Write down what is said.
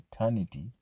eternity